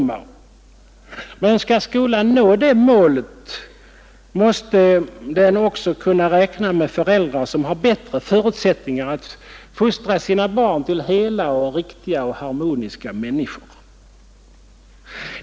Men skall skolan nå det målet måste den också kunna räkna med föräldrar som har bättre förutsättningar att fostra sina barn till riktiga och harmoniska människor.